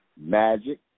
magic